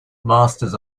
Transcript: masters